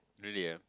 really ah